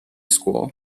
school